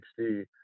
HD